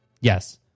yes